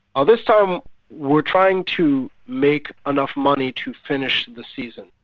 ah this time we're trying to make enough money to finish the season.